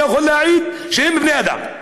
אני יכול להעיד שהם בני אדם.